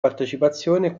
partecipazione